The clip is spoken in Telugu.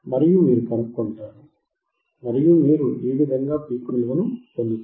మరియు మీరు కనుగొంటారు మరియు మీరు ఈ విధంగా పీక్ విలువను పొందుతారు